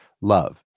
Love